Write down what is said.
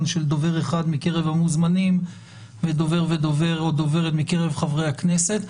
של דובר אחד מקרב המוזמנים ודובר או דוברת מקרב חברי הכנסת.